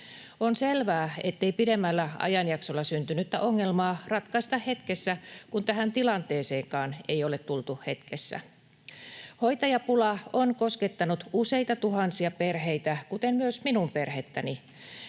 On selvää, ettei pidemmällä ajanjaksolla syntynyttä ongelmaa ratkaista hetkessä, kun tähän tilanteeseenkaan ei ole tultu hetkessä. Hoitajapula on koskettanut useita tuhansia perheitä, kuten myös minun perhettäni.